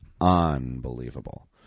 unbelievable